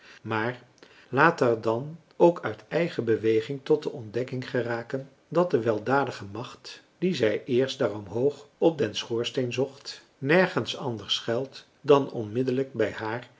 maar laat haar dan ook uit eigen beweging tot de ontdekking geraken dat de weldadige macht die zij eerst daar omhoog op den schoorsteen zocht nergens anders schuilt dan onmiddellijk bij haar